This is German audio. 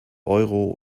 euro